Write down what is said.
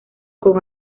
con